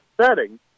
setting